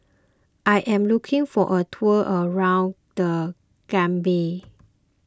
I am looking for a tour around the Gambia